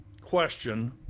question